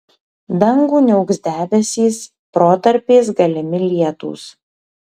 dangų niauks debesys protarpiais galimi lietūs